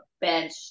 bench